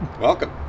Welcome